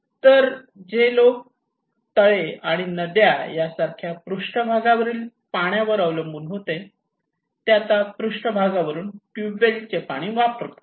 तर जे लोक तळे आणि नद्या यासारख्या पृष्ठभागावर वरील पाण्यावर अवलंबून होते ते आता पृष्ठभागावरून ट्यूबवेल चे पाणी वापरत होते